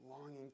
longing